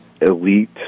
elite